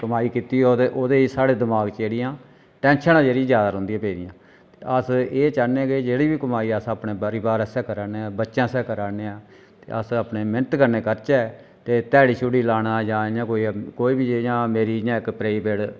कमाई कीती ओह्दे च साढ़े दमाग च जेहड़ियां टैंशन जेह्ड़ी जैदा रौंह्दी पेदियां ते अस एह चाह्न्ने कि जेह्ड़ी बी कमाई अस अपने परोआर आस्तै करै'ने आं बच्चें आस्तै करै'ने आं ते अस अपने मेह्नत कन्नै करचै ते ध्याड़ी शयुड़़ी लाना जां इ'यां कोई कोई बी इ'यां मेरी इ'यां इक प्राइवेट